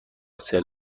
سلف